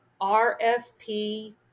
RFP